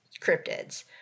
cryptids